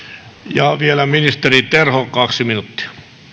vielä ministeri terho kaksi minuuttia